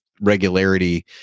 regularity